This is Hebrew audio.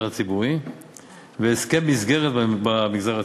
הציבורי והסכם מסגרת במגזר הציבורי.